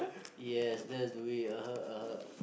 yes that's the way (uh huh) (uh huh)